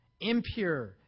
impure